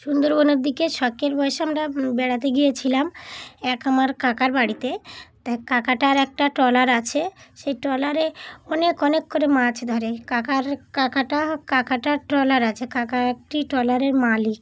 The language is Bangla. সুন্দরবনের দিকে শখের বশে আমরা বেড়াতে গিয়েছিলাম এক আমার কাকার বাড়িতে তাই কাকাটার একটা ট্রলার আছে সেই ট্রলারে অনেক অনেক করে মাছ ধরে কাকার কাকাটা কাকাটার ট্রলার আছে কাকা একটি ট্রলারের মালিক